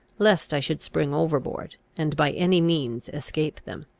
lest i should spring overboard, and by any means escape them.